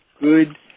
good